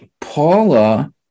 Paula